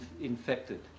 infected